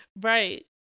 Right